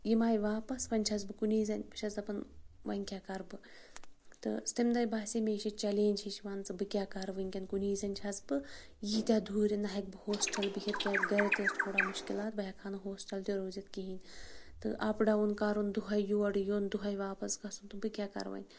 یِم آے واپَس وۄنۍ چھس بہٕ کُنی زٔنۍ بہٕ چھس دَپان وۄنۍ کیٛاہ کَرٕ بہٕ تہٕ تَمہِ دۄہ باسے مےٚ یہِ چھےٚ چَلینٛج ہِش مانٛژٕ بہٕ کیٛاہ کَرٕ وٕنۍکٮ۪ن کُنی زٔنۍ چھس بہٕ ییٖتیٛاہ دوٗرِ نہ ہٮ۪کہٕ بہٕ ہوسٹَل بِہِتھ کیٛازِ گَرِ تہِ ٲس تھوڑا مُشکلات بہٕ ہٮ۪کہٕ ہا نہٕ ہوسٹَل روٗزِتھ کِہیٖنۍ تہٕ اَپ ڈاوُن کَرُن دۄہَے یورٕ یُن دۄہَے واپَس گژھُن تہٕ بہٕ کیٛاہ کَرٕ وۄنۍ